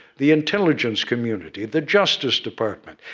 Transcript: the intelligence community, the justice department,